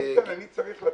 איתן, אני צריך לצאת.